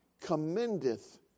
commendeth